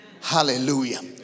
Hallelujah